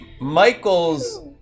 Michael's